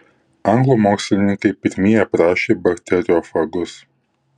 anglų mokslininkai pirmieji aprašė bakteriofagus